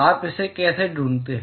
आप इसे कैसे ढूंढते हैं